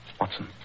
Watson